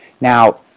Now